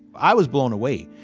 i was blown away.